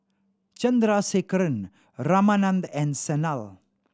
Chandrasekaran Ramanand and Sanal